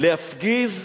להפגיז,